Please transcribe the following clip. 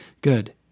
Good